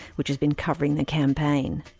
which has been covering the campaign.